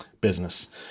business